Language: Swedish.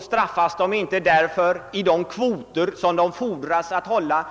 straffas de inte för det i de kvoter av likvida medel som de är tvungna att hålla.